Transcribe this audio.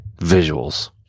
visuals